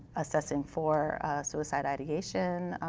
assessing for suicide ideation.